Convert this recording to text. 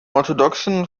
orthodoxen